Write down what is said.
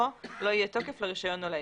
בשטחו לא יהיה תוקף לרישיון או להיתר".